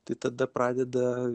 tai tada pradeda